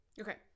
okay